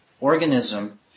organism